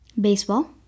Baseball